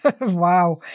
Wow